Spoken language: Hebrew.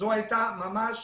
זו הייתה ממש